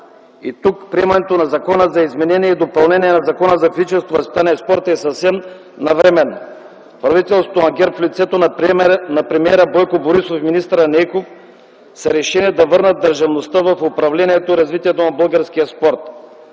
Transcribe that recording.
И тук приемането на Закона за изменение и допълнение на Закона за физическото възпитание и спорта е съвсем навременно. Правителството на ГЕРБ в лицето на премиера Бойко Борисов и министър Нейков са решени да върнат държавността в управлението и развитието на българския спорт.